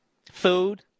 Food